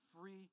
free